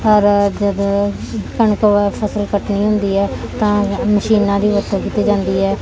ਔਰ ਜਦ ਕਣਕ ਵ ਫਸਲ ਕੱਟਣੀ ਹੁੰਦੀ ਹੈ ਤਾਂ ਮਸ਼ੀਨਾਂ ਦੀ ਵਰਤੋਂ ਕੀਤੀ ਜਾਂਦੀ ਹੈ